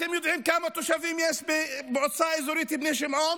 אתם יודעים כמה תושבים יש במועצה האזורית בני שמעון?